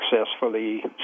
successfully